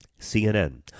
CNN